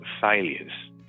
failures